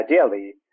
ideally